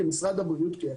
כמשרד הבריאות,